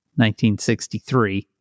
1963